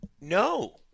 No